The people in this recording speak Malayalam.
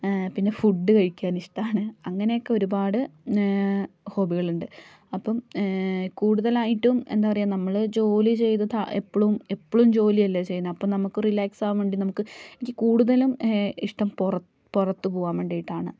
പിന്നെ ഫുഡ് കഴിക്കാൻ ഇഷ്ടമാണ് അങ്ങനെയൊക്കെ ഒരുപാട് ഹോബികൾ ഉണ്ട് അപ്പം കൂടുതലായിട്ടും എന്താ പറയുക നമ്മൾ ജോലി ചെയ്ത് ത എപ്പോഴും എപ്പോഴും ജോലിയല്ലേ ചെയ്യുന്നത് അപ്പോൾ നമുക്ക് റിലാക്സ് ആകാൻ വേണ്ടി നമുക്ക് എനിക്ക് കൂടുതലും ഇഷ്ടം പൊറ പുറത്തു പോകാൻ വേണ്ടിയിട്ടാണ്